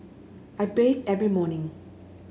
I bathe every morning